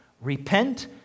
repent